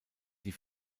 die